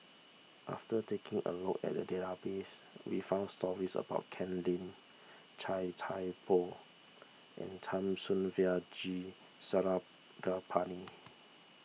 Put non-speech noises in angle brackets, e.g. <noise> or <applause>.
after taking a look at the database we found stories about Ken Lim Chia Thye Poh and <unintelligible> G Sarangapani